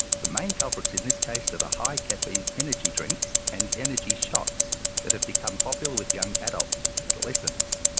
the main culprits in this case are the high caffeine energy drinks and energy shots that have become popular with young adults and adolescents.